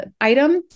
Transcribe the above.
item